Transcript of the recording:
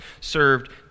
served